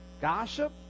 gossip